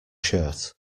shirt